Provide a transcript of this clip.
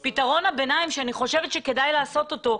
ופתרון הביניים שאני חושבת שכדאי לעשות אותו,